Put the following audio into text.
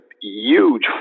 huge